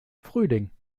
frühling